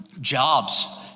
jobs